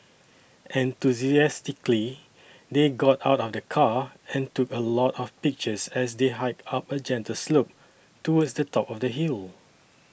enthusiastically they got out of the car and took a lot of pictures as they hiked up a gentle slope towards the top of the hill